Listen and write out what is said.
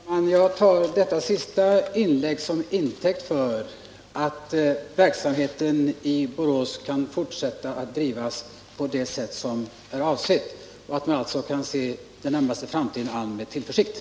Herr talman! Jag tar detta sista inlägg till intäkt för att verksamheten i Borås kan fortsätta att drivas på det sätt som är avsett och att man alltså kan se den närmaste framtiden an med tillförsikt.